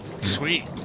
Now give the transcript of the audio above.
Sweet